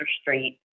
Street